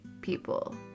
people